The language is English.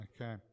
okay